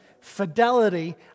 fidelity